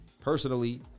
Personally